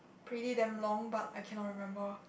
pretty damn long but I cannot remember